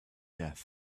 death